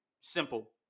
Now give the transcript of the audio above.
Simple